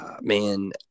man